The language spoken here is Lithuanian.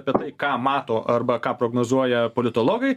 apie tai ką mato arba ką prognozuoja politologai